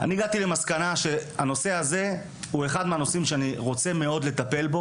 הגעתי למסקנה שהנושא הזה הוא אחד הנושאים שאני רוצה לטפל בו,